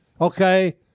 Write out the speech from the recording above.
okay